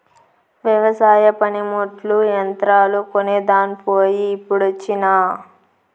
వెవసాయ పనిముట్లు, యంత్రాలు కొనేదాన్ పోయి ఇప్పుడొచ్చినా